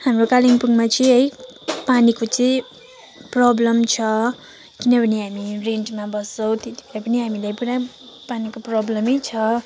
हाम्रो कालिम्पोङमा चाहिँ है पानीको चाहिँ प्रोब्लम छ किनभने हामी रेन्टमा बस्छौँ त्यतिखेर पनि हामीलाई पुरा पानीको प्रोब्लम नै छ